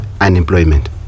unemployment